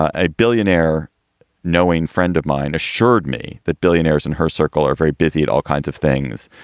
a billionaire knowing friend of mine assured me that billionaires in her circle are very busy at all kinds of things,